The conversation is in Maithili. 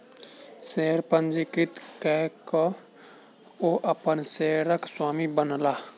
शेयर पंजीकृत कय के ओ अपन शेयरक स्वामी बनला